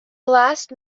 last